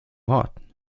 hot